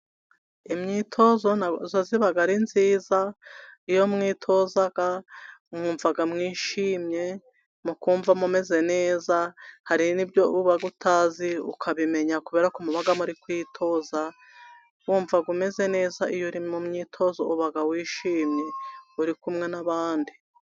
Imyitozo nazo ziba ari myiza. Iyo mwitoza, mwumva mwishimye, mukumva mumeze neza. Hari n'ibyo uba utazi, ukabimenya, kubera ko muba muri kwitoza. Wumva umeze neza, iyo uri mu myitozo, uba wishimye uri kumwe n'abandi.